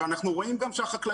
אנחנו גם רואים שהחקלאים